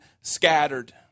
scattered